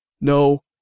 No